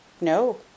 No